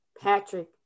patrick